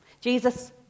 Jesus